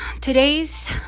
today's